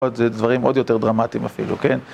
זה דברים עוד יותר דרמטיים אפילו, כן?